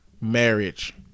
marriage